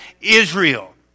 Israel